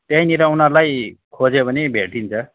त्यहीँनिर उनीहरूलाई खोज्यो भने भेटिन्छ